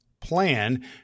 plan